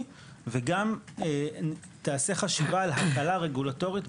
וגם תעשה חשיבה על הקלה רגולטורית,